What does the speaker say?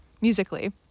musically